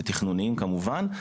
ותכנוניים כמובן.